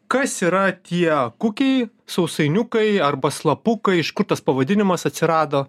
kas yra tie kukiai sausainiukai arba slapukai iš kur tas pavadinimas atsirado